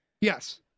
Yes